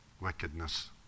wickedness